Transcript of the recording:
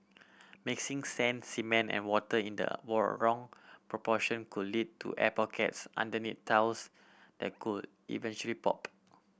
mixing sand cement and water in the war wrong proportion could lead to air pockets underneath tiles that could eventually pop